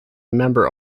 member